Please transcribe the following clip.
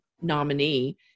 nominee